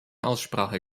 aussprache